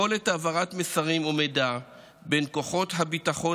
יכולת העברת מסרים ומידע בין כוחות הביטחון